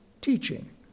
teaching